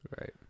Right